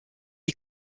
est